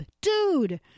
dude